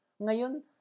Ngayon